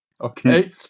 okay